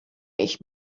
ich